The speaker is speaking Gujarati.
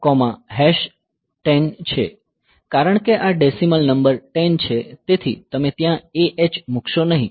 કારણ કે આ ડેશીમલ નંબર 10 છે તેથી તમે ત્યાં AH મૂકશો નહીં